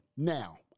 Now